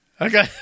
Okay